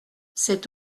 cet